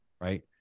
right